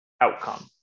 outcome